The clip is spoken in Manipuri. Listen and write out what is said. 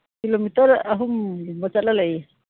ꯀꯤꯂꯣꯃꯤꯇꯔ ꯑꯍꯨꯝꯒꯨꯝꯕ ꯆꯠꯂ ꯂꯩꯌꯦ